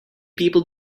people